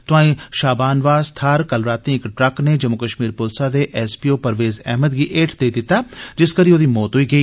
तोआई शाबानबास थाहर कल रातीं इक ट्रक नै जम्मू कश्मीर पुलस दे S P O Parvez Ahmad Malik गी हेठ देइ दित्ता जिस करी औहदी मौत होई गेई